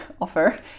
offer